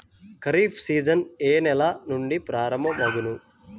Kharif season ఏ నెల నుండి ప్రారంభం అగును?